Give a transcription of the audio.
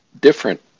different